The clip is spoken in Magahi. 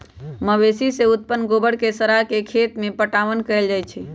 मवेशी से उत्पन्न गोबर के सड़ा के खेत में पटाओन कएल जाइ छइ